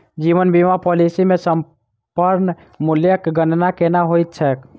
जीवन बीमा पॉलिसी मे समर्पण मूल्यक गणना केना होइत छैक?